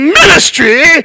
ministry